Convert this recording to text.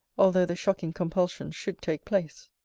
although the shocking compulsion should take place.